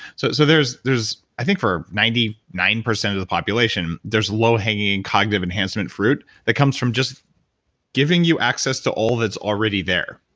so so there's, i think for ninety nine percent of the population, there's low hanging cognitive enhancement fruit that comes from just giving you access to all that's already there.